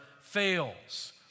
fails